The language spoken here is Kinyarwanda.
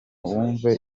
wumve